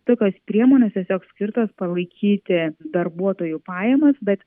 tokios priemonės tiesiog skirtos palaikyti darbuotojų pajamas bet